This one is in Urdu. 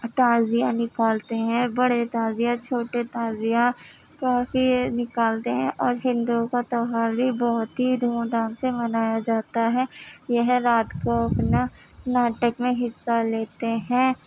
تعزیہ نکالتے ہیں بڑے تعزیہ چھوٹے تعزیہ کافی نکالتے ہیں اور ہندوؤں کا تیوہار بھی بہت ہی دھوم دھام سے منایا جاتا ہے یہ رات کو اپنا ناٹک میں حصہ لیتے ہیں